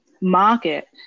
market